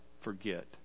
forget